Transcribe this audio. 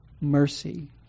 mercy